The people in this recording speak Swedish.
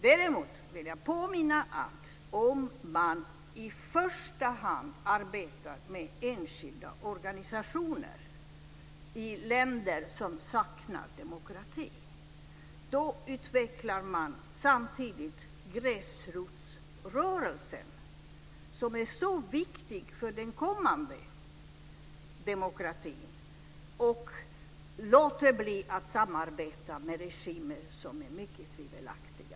Däremot vill jag påminna om att om man i första hand arbetar med enskilda organisationer i länder som saknar demokrati utvecklar man samtidigt gräsrotsrörelsen, som är så viktig för den kommande demokratin, och man låter bli att samarbeta med regimer som är mycket tvivelaktiga.